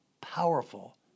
powerful